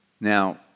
Now